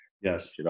Yes